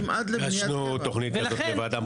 רק החכם יודע לשתף את כולם ולהביא